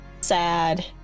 sad